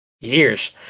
years